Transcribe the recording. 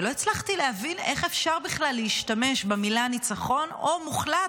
ולא הצלחתי להבין איך אפשר בכלל להשתמש במילה "ניצחון" או "מוחלט"